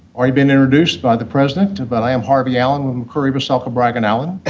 already been introduced by the president, but i am harvey allen with mccreary, veselka, bragg and allen.